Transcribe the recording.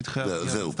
שטחי הבניה --- זהו,